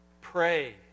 Pray